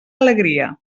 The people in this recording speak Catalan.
alegria